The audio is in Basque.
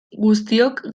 guztiok